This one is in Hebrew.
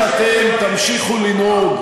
אם אתם תמשיכו לנהוג,